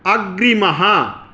अग्रिमः